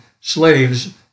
slaves